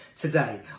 Today